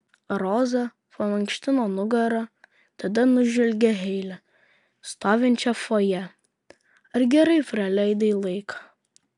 roza pamankštino nugarą tada nužvelgė heile stovinčią fojė ar gerai praleidai laiką